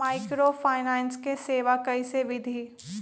Microfinance के सेवा कइसे विधि?